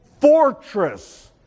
fortress